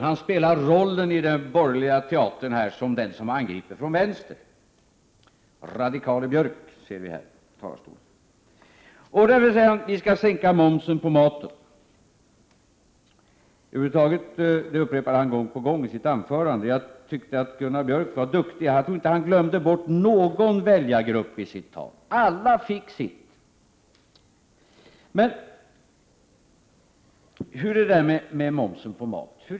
Han spelar nu här i den borgerliga teatern rollen som den som angriper från vänster. Det är radikale Björk som vi ser här i talarstolen. Han säger att centern skall sänka momsen på maten — det upprepar han för övrigt gång på gång i sitt anförande. Jag tycker att Gunnar Björk var duktig. Jag tror att han inte glömde bort någon väljargrupp i sitt tal. Alla fick sitt. Men hur är det egentligen med detta med momsen på mat?